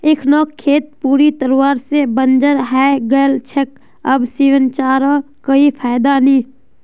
इखनोक खेत पूरी तरवा से बंजर हइ गेल छेक अब सींचवारो कोई फायदा नी